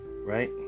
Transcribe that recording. right